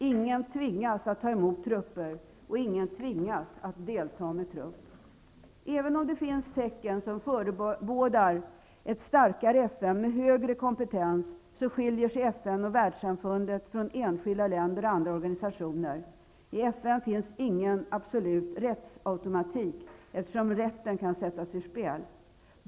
Ingen tvingas att ta emot trupper, och ingen tvingas att delta med trupper. Även om det finns tecken som förebådar ett starkare FN med högre kompetens så skiljer sig FN och världssamfundet från enskilda länder och andra organisationer. I FN finns ingen absolut rättsautomatik, eftersom rätten kan sättas ur spel.